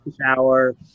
shower